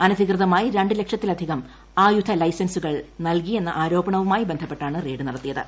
അനധികൃതമായി രണ്ട് ലക്ഷത്തിലധികം ആയുധ ലൈസൻസുകൾ നൽകി എന്ന ആരോപണവുമായി ബന്ധപ്പെട്ടാണ് റെയ്ഡ് നടത്തിയത്